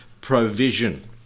provision